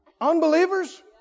unbelievers